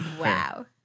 Wow